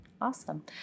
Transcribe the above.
Awesome